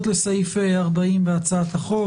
של קבוצת הליכוד לסעיף 40 בהצעת החוק.